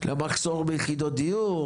למחסור ביחידות דיור,